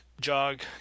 jog